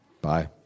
Bye